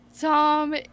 Tom